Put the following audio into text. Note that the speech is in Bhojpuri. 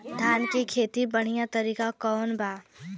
धान के खेती के बढ़ियां तरीका कवन बा?